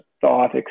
thought